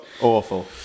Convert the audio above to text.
Awful